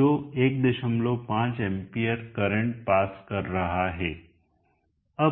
जो 15 ampere current पास कर रहा है